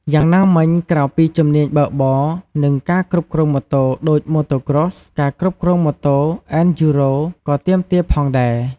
យ៉ាងណាមិញក្រៅពីជំនាញបើកបរ និងការគ្រប់គ្រងម៉ូតូដូច Motocross ការគ្រប់គ្រងម៉ូតូ អេនឌ្យូរ៉ូ (Enduro) ក៏ទាមទារផងដែរ។